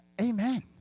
Amen